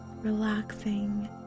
Relaxing